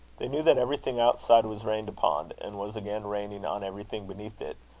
they knew that everything outside was rained upon, and was again raining on everything beneath it,